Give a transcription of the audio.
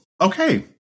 okay